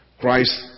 Christ